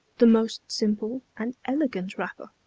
the most simple and elegant wrapper,